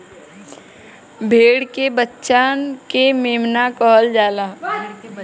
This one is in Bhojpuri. भेड़ के बच्चा के मेमना कहल जाला